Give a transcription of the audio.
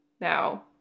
now